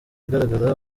igaragara